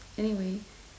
anyway